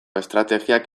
estrategiak